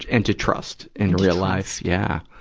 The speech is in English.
and to trust in real life. yeah.